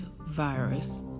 virus